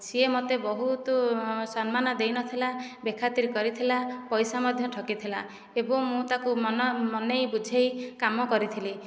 ସିଏ ମୋତେ ବହୁତ ସମ୍ମାନ ଦେଇନଥିଲା ବେଖାତିର କରିଥିଲା ପଇସା ମଧ୍ୟ ଠକିଥିଲା ଏବଂ ମୁଁ ତାକୁ ମନ ମନେଇ ବୁଝେଇ କାମ କରିଥିଲି